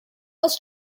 was